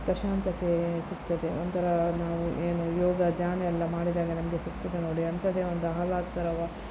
ಪ್ರಶಾಂತತೆ ಸಿಗ್ತದೆ ಒಂಥರ ನಾವು ಏನು ಯೋಗ ಧ್ಯಾನ ಎಲ್ಲ ಮಾಡಿದಾಗ ನಮಗೆ ಸಿಗ್ತದೆ ನೋಡಿ ಅಂಥದ್ದೆ ಒಂದು ಆಹ್ಲಾದಕರ